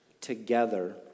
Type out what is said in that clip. together